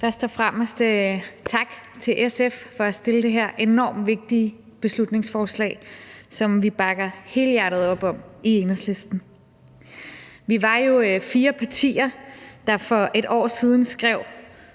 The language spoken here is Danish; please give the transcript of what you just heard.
Først og fremmest tak til SF for at fremsætte det her enormt vigtige beslutningsforslag, som vi bakker helhjertet op om i Enhedslisten. Vi var jo fire partier, der for et år siden skrev